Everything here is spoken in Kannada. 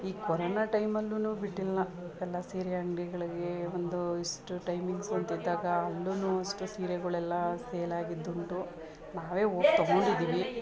ಈ ಕೊರೋನಾ ಟೈಮಲ್ಲಿಯೂ ಬಿಟ್ಟಿಲ್ಲ ಎಲ್ಲ ಸೀರೆ ಅಂಗಡಿಗಳ್ಗೆ ಒಂದು ಇಷ್ಟು ಟೈಮಿಂಗ್ಸ್ ಅಂತಿದ್ದಾಗ ಅಲ್ಲಿಯೂ ಅಷ್ಟು ಸೀರೆಗಳೆಲ್ಲ ಸೇಲಾಗಿದ್ದುಂಟು ನಾವೇ ಹೋಗ್ ತಗೊಂಡಿದ್ದೀವಿ